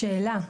שאלה.